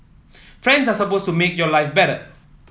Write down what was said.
friends are supposed to make your life better